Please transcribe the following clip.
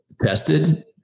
tested